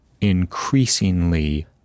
increasingly